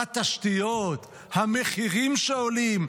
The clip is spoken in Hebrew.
התשתיות, המחירים שעולים,